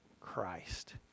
Christ